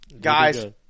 Guys